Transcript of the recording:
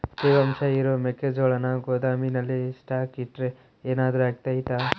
ತೇವಾಂಶ ಇರೋ ಮೆಕ್ಕೆಜೋಳನ ಗೋದಾಮಿನಲ್ಲಿ ಸ್ಟಾಕ್ ಇಟ್ರೆ ಏನಾದರೂ ಅಗ್ತೈತ?